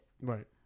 Right